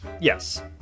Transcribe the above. Yes